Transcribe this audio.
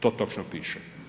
To točno piše.